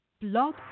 Blog